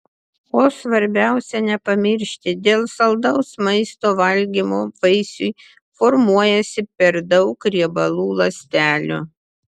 o svarbiausia nepamiršti dėl saldaus maisto valgymo vaisiui formuojasi per daug riebalų ląstelių